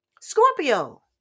Scorpio